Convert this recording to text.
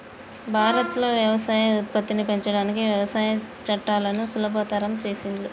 భారత్ లో వ్యవసాయ ఉత్పత్తిని పెంచడానికి వ్యవసాయ చట్టాలను సులభతరం చేసిండ్లు